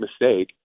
mistake